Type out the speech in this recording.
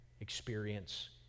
experience